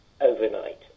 overnight